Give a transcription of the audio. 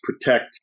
protect